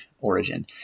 origin